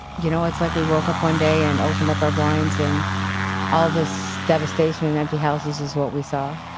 you know it's like we woke up one day and opened up our blinds and all this devastation and empty houses is what we saw